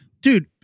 dude